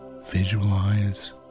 visualize